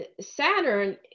Saturn